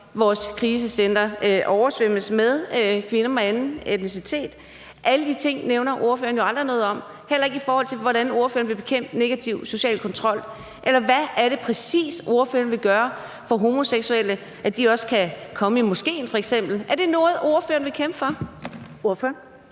Vores krisecentre oversvømmes af kvinder med anden etnicitet. Alle de ting nævner ordføreren jo aldrig noget om, heller ikke i forhold til hvordan ordføreren vil bekæmpe den negative sociale kontrol, eller hvad det præcis er, ordføreren vil gøre for homoseksuelle, så de også kan komme i f.eks. moskéen. Er det noget, ordføreren vil kæmpe for? Kl.